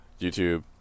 YouTube